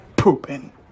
pooping